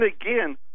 again